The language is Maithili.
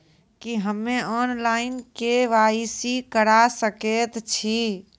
की हम्मे ऑनलाइन, के.वाई.सी करा सकैत छी?